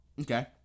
Okay